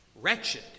wretched